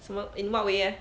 什么 in what way leh